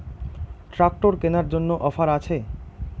Tractor কেনার জন্য offer আছে?